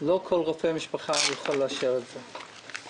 לא כל רופא משפחה יכול לאשר את זה.